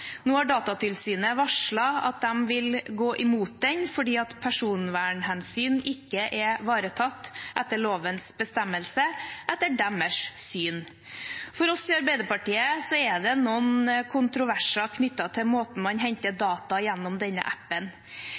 Nå har Datatilsynet varslet at de vil gå imot den fordi personvernhensyn etter deres syn ikke er ivaretatt etter lovens bestemmelse. For oss i Arbeiderpartiet er det noen kontroverser knyttet til måten man henter data gjennom denne appen